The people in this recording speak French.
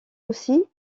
aussi